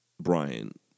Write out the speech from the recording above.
Brian